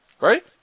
right